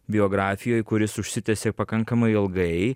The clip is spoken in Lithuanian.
biografijoje kuris užsitęsė pakankamai ilgai